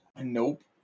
Nope